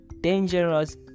dangerous